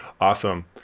Awesome